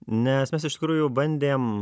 nes mes iš tikrųjų bandėm